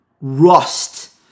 rust